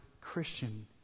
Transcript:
Christian